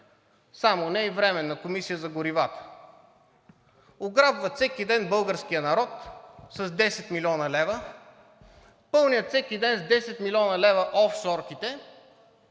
само не и Временна комисия за горивата. Ограбват всеки ден българския народ с 10 млн. лв., пълнят всеки ден с 10 млн. лв. офшорките